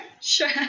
sure